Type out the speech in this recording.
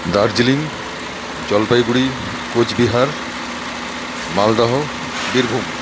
Darjeeling Jalpaiguri Cooch Behar Malda Birbhum